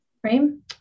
Frame